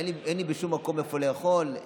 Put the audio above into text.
אין לי מקום לאכול בשום מקום,